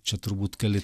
čia turbūt gali